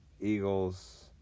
Eagles